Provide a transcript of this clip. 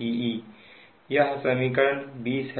Pe यह समीकरण 20 है